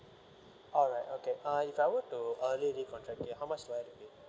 alright okay uh if I were to early recontract okay how much do I have to pay